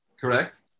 Correct